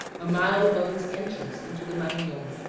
a mile above its entrance into the maranon.